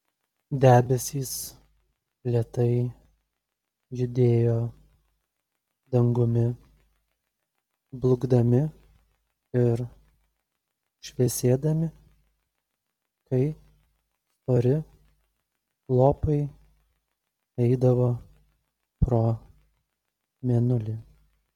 debesys lėtai judėjo dangumi blukdami ir šviesėdami kai stori lopai eidavo pro mėnulį